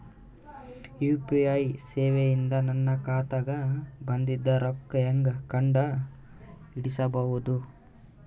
UPI ಸೇವೆ ಇಂದ ನನ್ನ ಖಾತಾಗ ಬಂದಿದ್ದ ರೊಕ್ಕ ಹೆಂಗ್ ಕಂಡ ಹಿಡಿಸಬಹುದು?